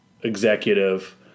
executive